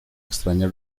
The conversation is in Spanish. extraña